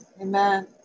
amen